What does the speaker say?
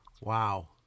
Wow